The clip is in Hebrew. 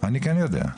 אני כן יודע.